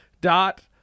dot